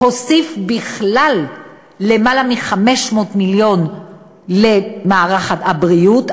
הוסיף בכלל למעלה מ-500 מיליון למערכת הבריאות,